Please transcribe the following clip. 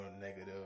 negative